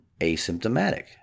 asymptomatic